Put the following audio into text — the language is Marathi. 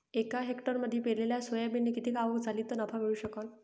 एका हेक्टरमंदी पेरलेल्या सोयाबीनले किती आवक झाली तं नफा मिळू शकन?